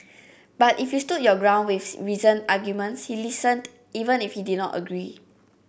but if you stood your ground with reasoned arguments he listened even if he did not agree